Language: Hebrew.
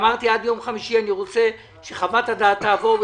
אמרתי שעד יום חמישי אני רוצה שחוות הדעת תעבור.